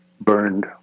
burned